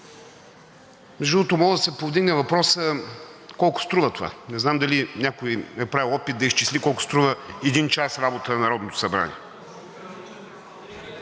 Между другото, може да се повдигне въпросът: колко струва това? Не знам дали някой е правил опит да изчисли колко струва един час работа на Народното събрание?